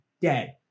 dead